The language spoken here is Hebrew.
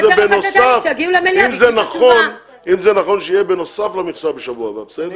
אם זה נכון, שיהיה בנוסף למכסה בשבוע הבא, בסדר?